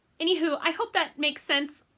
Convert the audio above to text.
anywho i hope that makes sense.